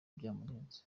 byamurenze